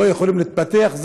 לא יכולים להתפתח.